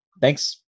Thanks